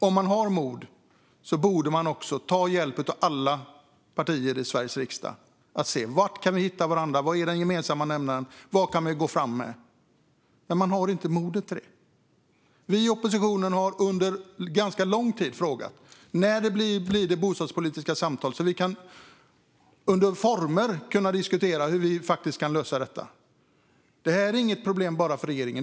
Om man har mod borde man också ta hjälp av alla partier i Sveriges riksdag för att se var vi kan hitta varandra, vad den gemensamma nämnaren är och vad vi kan gå fram med. Men man har inte modet till det. Vi i oppositionen har under ganska lång tid frågat när det blir bostadspolitiska samtal, så att vi under former kan diskutera hur vi kan lösa detta. Det här är inte ett problem bara för regeringen.